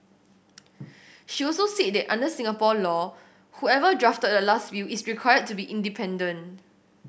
she also said that under Singapore law whoever drafted the last will is required to be independent